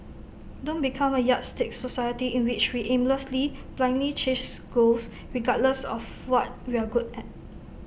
don't become A yardstick society in which we aimlessly blindly chase goals regardless of what we're good at